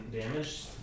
damage